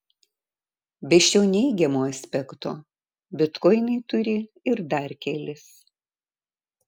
be šio neigiamo aspekto bitkoinai turi ir dar kelis